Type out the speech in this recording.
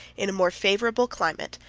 in a more favorable climate,